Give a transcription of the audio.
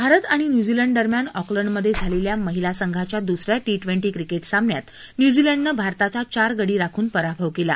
भारत आणि न्यूझीलंड दरम्यान ऑकलंडमध्ये झालेल्या महिला संघाच्या दुस या टी ट्वेन्टी क्रिकेट सामन्यात न्यूझीलंडनं भारताचा चार गडी राखून पराभव केला